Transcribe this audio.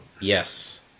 Yes